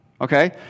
Okay